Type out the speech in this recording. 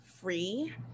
free